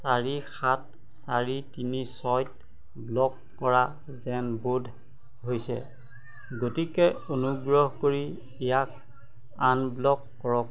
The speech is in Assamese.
চাৰি সাত চাৰি তিনি ছয় ব্লক কৰা যেন বোধ হৈছে গতিকে অনুগ্ৰহ কৰি ইয়াক আনব্লক কৰক